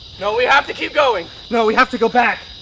no, we have to keep going! no we have to go back!